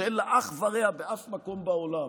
שאין לה אח ורע ואף מקום בעולם,